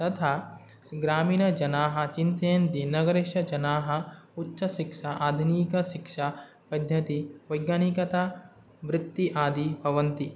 तथा ग्रामीणजनाः चिन्तयन्ति नगरस्य जनाः उच्चशिक्षा आधुनिकशिक्षापद्धति वैज्ञानिकतावृत्ति आदि भवन्ति